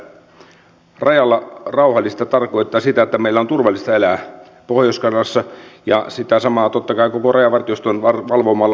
keskeisistä viranomaisista hallintarekisteröinnin avaamiseen myönteisen kannan ottivat finanssivalvonnan lisäksi myös työ ja elinkeinoministeriö suomen pankki sekä kilpailu ja kuluttajavirasto